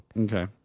Okay